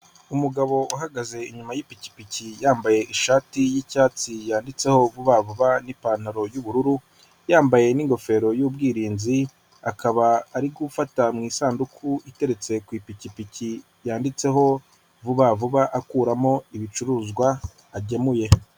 Umugabo uhagaze inyuma yipikipiki yambaye ishati y'cyatsi yanditseho vuba vuba n'ipantaro yubururu yambaye n'ingofero y'ubwirinzi akaba ari gufata mu isanduku iteretse ku ipikipiki yanditseho vuba vuba akuramo ibicuruzwa agemuye.